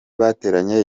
bateranye